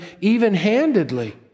even-handedly